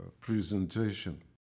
presentation